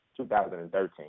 2013